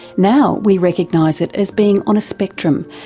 now we recognise it as being on a spectrum,